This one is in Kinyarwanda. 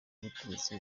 ubutegetsi